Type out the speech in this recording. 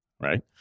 right